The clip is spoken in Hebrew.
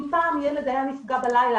אם פעם ילד היה נפגע בלילה,